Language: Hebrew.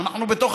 אנחנו בתוך